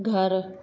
घरु